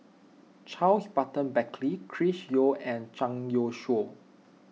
Charles Burton Buckley Chris Yeo and Zhang Youshuo